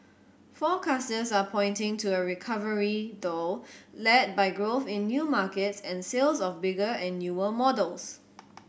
forecasters are pointing to a recovery though led by growth in new markets and sales of bigger and newer models